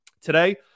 Today